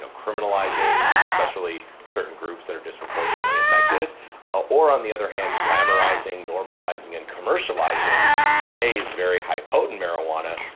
so criminalizing especially certain groups that are disproportionately affected or on the other hand, glamorizing, normalizing and commercializing today's very high, potent marijuana,